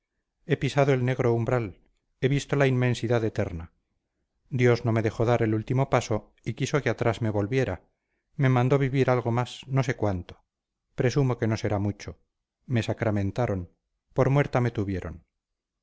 he pisado el negro umbral he visto la inmensidad eterna dios no me dejó dar el último paso y quiso que atrás me volviera me mandó vivir algo más no sé cuánto presumo que no será mucho me sacramentaron por muerta me tuvieron